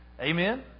Amen